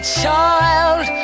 child